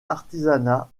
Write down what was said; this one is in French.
artisanat